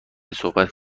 صحبت